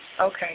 okay